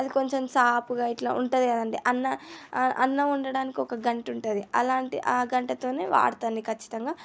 అది కొంచెం సాపుగా ఇట్ల ఉంటుంది కదండీ అన్న అన్నం వండడానికి ఒక గంటే ఉంటుంది అలాంటి ఆ గంటేతోనే వాడతాను ఖచ్చితంగా